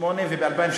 380 מיליארד.